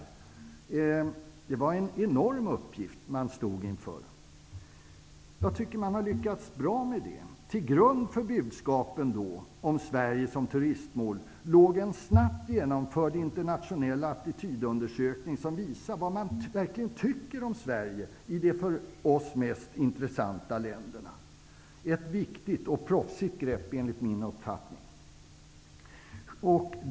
Man stod inför en enormt stor uppgift. Jag tycker att man har lyckats bra med den. Till grund för budskapet om Sverige som turistmål låg en snabbt genomförd internationell attitydundersökning som visade vad man verkligen tycker om Sverige i de för oss mest intressanta länderna. Enligt min uppfattning var det ett viktigt och proffsigt grepp.